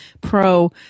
Pro